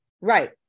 Right